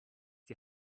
die